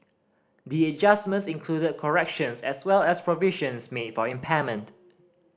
the adjustments included corrections as well as provisions made for impairment